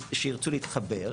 שירצו להתחבר,